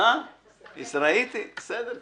ראיתי, בסדר.